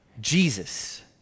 Jesus